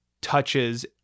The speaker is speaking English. touches